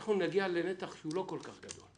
זה אומר שאנחנו נגיע לנתח שהוא לא כל כך גדול.